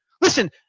Listen